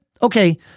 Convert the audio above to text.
okay